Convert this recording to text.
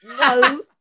no